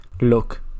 look